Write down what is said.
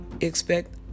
Expect